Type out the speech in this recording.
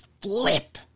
flip